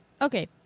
okay